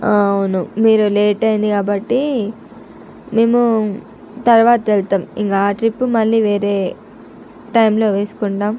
అవును మీరు లేట్ అయ్యింది కాబట్టి మేము తర్వాత వెళ్తాము ఇంకా ఆ ట్రిప్ మళ్ళీ వేరే టైములో వేసుకుంటాం